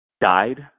died